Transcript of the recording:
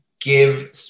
give